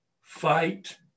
fight